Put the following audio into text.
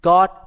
God